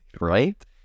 Right